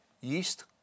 Yeast